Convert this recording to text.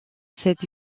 cette